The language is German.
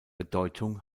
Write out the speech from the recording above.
bedeutung